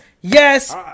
Yes